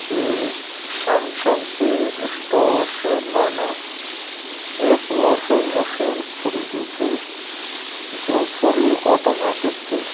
Samsung کے store سے میں نے ایک واشنگ مشین خریدی تھی جو فلی آٹومیٹک تھی